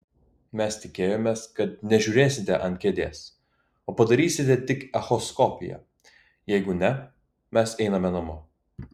mes tikėjomės kad nežiūrėsite ant kėdės o padarysite tik echoskopiją jeigu ne mes einame namo